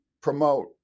promote